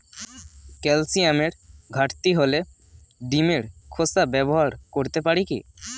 ক্যালসিয়ামের ঘাটতি হলে ডিমের খোসা ব্যবহার করতে পারি কি?